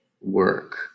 work